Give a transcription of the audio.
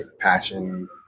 passion